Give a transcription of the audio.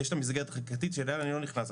יש מסגרת חקיקתית שאליה אני לא נכנס.